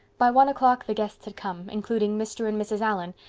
by one o'clock the guests had come, including mr. and mrs. allan,